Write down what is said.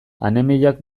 anemiak